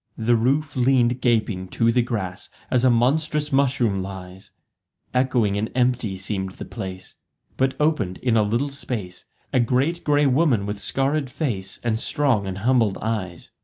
the roof leaned gaping to the grass, as a monstrous mushroom lies echoing and empty seemed the place but opened in a little space a great grey woman with scarred face and strong and humbled eyes.